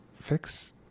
fix